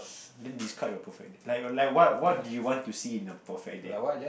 then describe your perfect date like like what what do you want to see in a perfect date